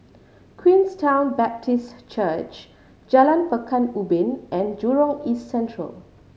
Queenstown Baptist Church Jalan Pekan Ubin and Jurong East Central